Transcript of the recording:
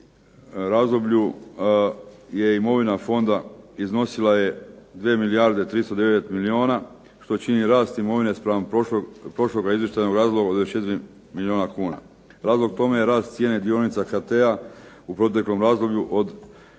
razdoblju je imovina fonda iznosila je 2 milijarde 309 milijuna što čini rast imovine spram prošloga izvještajnog razdoblja od 24 milijuna kuna. Razlog tome je rast cijene dionica HT-a u proteklom razdoblju od